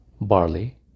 barley